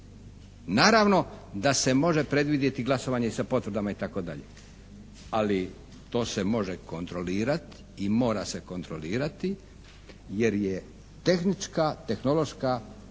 Naravno da se može predvidjeti glasovanje sa potvrdama itd. ali to se može kontrolirati i mora se kontrolirati jer je tehnička, tehnološka